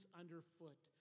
underfoot